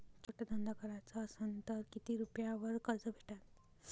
छोटा धंदा कराचा असन तर किती रुप्यावर कर्ज भेटन?